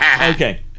Okay